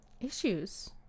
Issues